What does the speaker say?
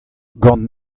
gant